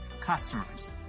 customers